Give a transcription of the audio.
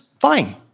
Fine